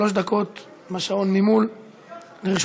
שלוש דקות מהשעון ממול לרשותך.